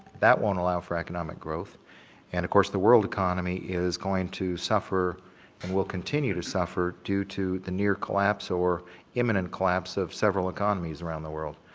that won't allow for economic growth and of course, the world economy is going to suffer and will continue to suffer due to the near collapse or imminent collapse of several economies around the world,